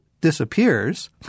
disappears